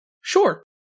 Sure